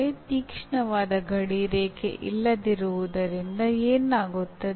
ಅದು ಕೆಲವು ಕೆಟ್ಟ ಅಭ್ಯಾಸಗಳನ್ನು ಪಡೆಯಲು ಕಾರಣವಾಗುತ್ತದೆ